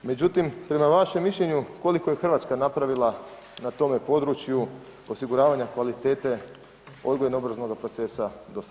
Međutim, prema vašem mišljenju koliko je Hrvatska napravila na tome području osiguravanja kvalitete odgojno-obrazovnoga procesa do sada.